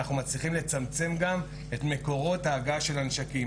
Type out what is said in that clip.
אנחנו מצליחים לצמצם גם את מקורות ההגעה של הנשקים,